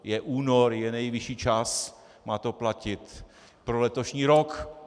Je únor, je nejvyšší čas, má to platit pro letošní rok.